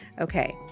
Okay